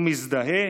הוא מזדהה,